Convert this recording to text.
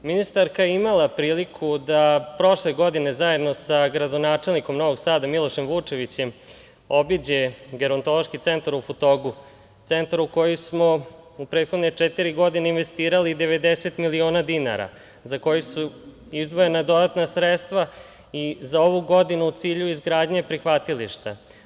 Ministarka je imala priliku da prošle godine zajedno sa gradonačelnikom Novog Sada Milošem Vučevićem obiđe gerontološki centar u Futogu, centar u koji smo u prethodne četiri godine investirali 90 miliona dinara za koji su izdvojena dodatna sredstva i za ovu godinu u cilju izgradnje prihvatilišta.